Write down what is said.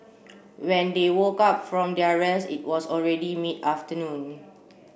when they woke up from their rest it was already mid afternoon